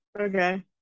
Okay